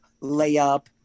layup